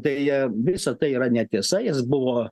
deja visa tai yra netiesa jis buvo